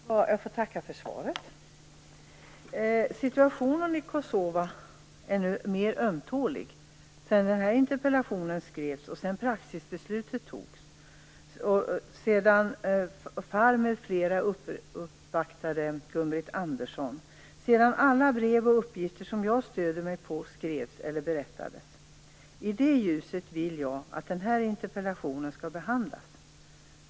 Fru talman! Jag får tacka för svaret. Situationen i Kosova är nu mer ömtålig sedan den här interpellationen skrevs, sedan praxisbeslutet fattades, sedan FARR m.fl. uppvaktade Gun-Britt Andersson och sedan alla brev och uppgifter som jag stöder mig på skrevs eller berättades. I det ljuset vill jag att den här interpellationen skall behandlas.